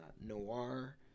Noir